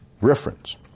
reference